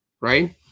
right